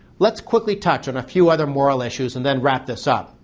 let's quickly touch on a few other moral issues and then wrap this up.